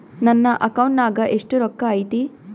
ನನ್ನ ಅಕೌಂಟ್ ನಾಗ ಎಷ್ಟು ರೊಕ್ಕ ಐತಿ?